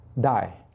die